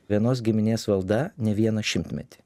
vienos giminės valda ne vieną šimtmetį